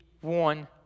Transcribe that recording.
one